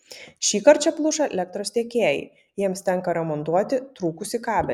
šįkart čia pluša elektros tiekėjai jiems tenka remontuoti trūkusį kabelį